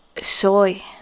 Soy